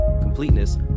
completeness